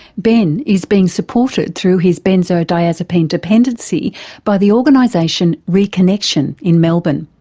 ben is being supported through his benzodiazepine dependency by the organisation reconnexion in melbourne.